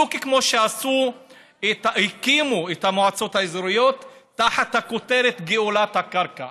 בדיוק כמו שהקימו את המועצות האזוריות תחת הכותרת גאולת הקרקע.